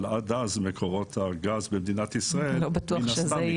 אבל עד אז מקורות הגז במדינת ישראל יגדלו,